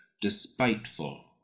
despiteful